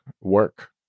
work